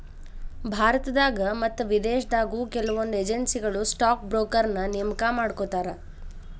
ಭಾರತದಾಗ ಮತ್ತ ವಿದೇಶದಾಗು ಕೆಲವೊಂದ್ ಏಜೆನ್ಸಿಗಳು ಸ್ಟಾಕ್ ಬ್ರೋಕರ್ನ ನೇಮಕಾ ಮಾಡ್ಕೋತಾರ